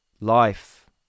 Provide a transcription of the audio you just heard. life